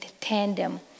tandem